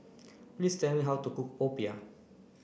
please tell me how to cook Popiah